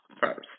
first